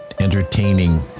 entertaining